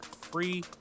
free